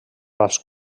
als